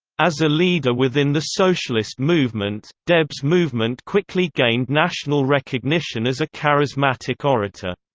as a leader within the socialist movement, debs movement quickly gained national recognition as a charismatic orator.